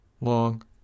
Long